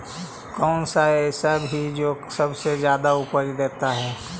कौन सा ऐसा भी जो सबसे ज्यादा उपज देता है?